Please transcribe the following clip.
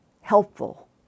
helpful